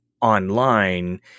online